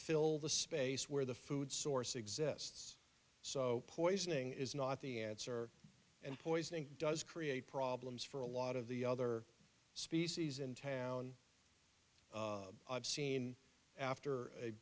fill the space where the food source exists so poisoning is not the answer and poisoning does create problems for a lot of the other species in town i've seen after a